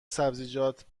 سبزیجات